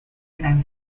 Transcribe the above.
gran